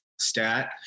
stat